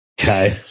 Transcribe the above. Okay